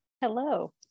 Hello